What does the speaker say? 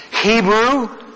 Hebrew